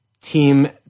team